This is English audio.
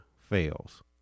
fails